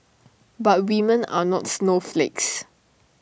but women are not snowflakes